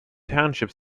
township